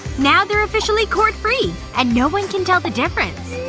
now they're officially cord free and no one can tell the difference!